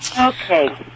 Okay